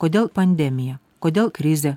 kodėl pandemija kodėl krizė